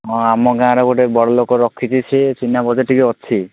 ହଁ ଆମ ଗାଁରେ ଗୋଟେ ବଡ଼ ଲୋକ ରଖିଛି ସେ ଚିହ୍ନାପରିଚୟ ଟିକିଏ ଅଛି